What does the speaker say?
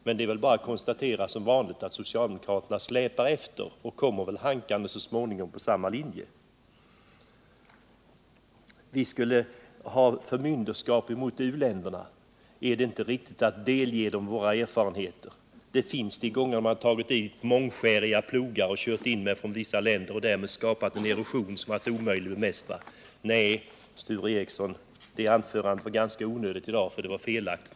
Som vanligt kommer väl socialdemokraterna hankande efter så småningom. Enligt Sture Ericson skulle centern göra anspråk på att utöva förmynderskap gentemot u-länderna. Är det inte riktigt att delge dem våra erfarenheter? Det finns exempel på att man i vissa länder kört med mångskäriga plogar och därmed skapat en erosion som varit omöjlig att bemästra. Nej, Sture Ericsons anförande i dag var ganska onödigt. Nästan allting i det var felaktigt.